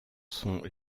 sont